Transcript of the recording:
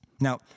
Now